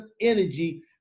energy